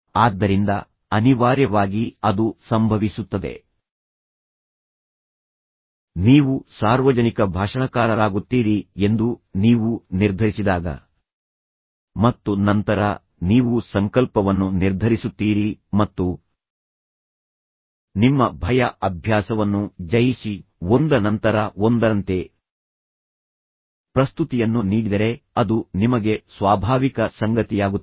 ಆದ್ದರಿಂದ ಅನಿವಾರ್ಯವಾಗಿ ಅದು ಸಂಭವಿಸುತ್ತದೆ ನೀವು ಸಾರ್ವಜನಿಕ ಭಾಷಣಕಾರರಾಗುತ್ತೀರಿ ಎಂದು ನೀವು ನಿರ್ಧರಿಸಿದಾಗ ಮತ್ತು ನಂತರ ನೀವು ಸಂಕಲ್ಪವನ್ನು ನಿರ್ಧರಿಸುತ್ತೀರಿ ಮತ್ತು ನಿಮ್ಮ ಭಯ ಅಭ್ಯಾಸವನ್ನು ಜಯಿಸಿ ಒಂದರ ನಂತರ ಒಂದರಂತೆ ಪ್ರಸ್ತುತಿಯನ್ನು ನೀಡಿದರೆ ಅದು ನಿಮಗೆ ಸ್ವಾಭಾವಿಕ ಸಂಗತಿಯಾಗುತ್ತದೆ